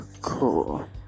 cool